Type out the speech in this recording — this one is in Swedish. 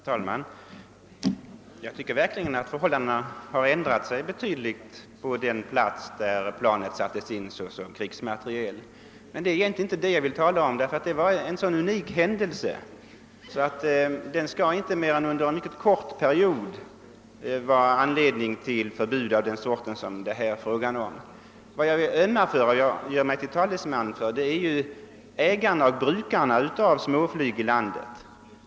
Herr talman! Jag tycker verkligen att förhållandena har förändrats betydligt inom det område där denna flygplanstyp kom till användning såsom krigsmateriel. Men det är egentligen inte det som jag velat tala om. Det var nämligen en så unik händelse att den inte annat än under en mycket kort tid kunde anföras som skäl för förbud av ifrågavarande slag. De som jag vill göra mig till talesman för är ägarna och brukarna av denna flygplanstyp i vårt land.